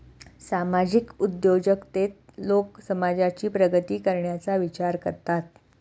सामाजिक उद्योजकतेत लोक समाजाची प्रगती करण्याचा विचार करतात